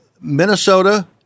Minnesota